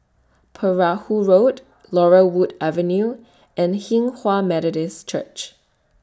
Perahu Road Laurel Wood Avenue and Hinghwa Methodist Church